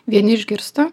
vieni išgirsta